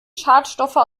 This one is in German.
schadstoffe